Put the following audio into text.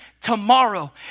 tomorrow